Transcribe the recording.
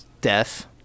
death